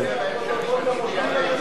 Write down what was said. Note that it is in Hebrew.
תודיעי להם שאני מצביע נגד.